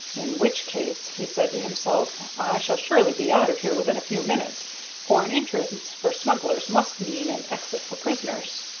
in which case, he said to himself, i shall surely be out of here within a few minutes for an entrance for smugglers must mean an exit for prisoners.